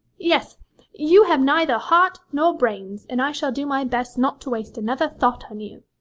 yes you have neither heart nor brains, and i shall do my best not to waste another thought on you?